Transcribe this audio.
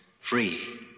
free